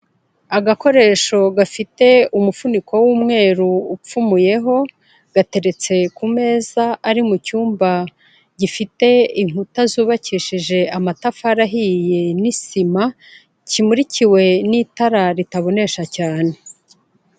Agakoresho gafite umufuniko w'umweru upfumuyeho, gateretse ku meza ari mu cyumba gifite inkuta zubakishije amatafari ahiye n'isima, kimurikiwe n'itara ritabonesha cyane.